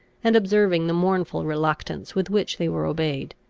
and observing the mournful reluctance with which they were obeyed.